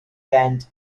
band